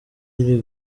iri